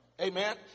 Amen